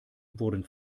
wurden